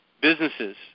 businesses